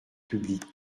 publiques